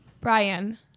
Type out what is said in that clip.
Brian